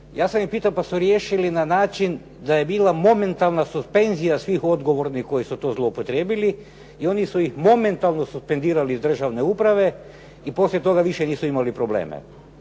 ja sam ih pitao pa su riješili na način da je bila momentalna suspenzija svih odgovornih koji su to zloupotrijebili i oni su ih momentalno suspendirali iz državne uprave i poslije toga više nisu imali probleme.